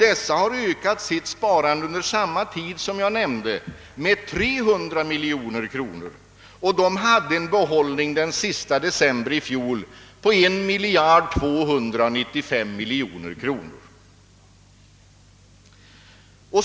Dessa personer har under samma tid ökat sitt sparande med 300 miljoner kronor, och de hade den sista december i fjol en behållning på 1295 miljoner kronor.